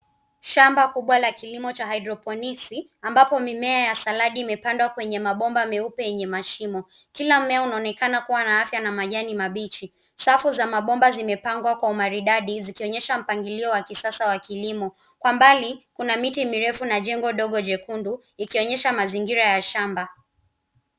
Shamba kubwa la kilimo cha haidroponiki amabapo mimea ya saladi imepandwa kwenye mabomba meupe enye mashimo. Kila mme aunaonekana kuwa na afya na majani mabichi. Safu za mabomba zimepangwa kwa maridadi zikioyesha mpangilio wa kisasa wa kilimo. Kwa mbali kuna miti mirefu na jengo dogo jekundu ikionyesha mazingira ya shamba.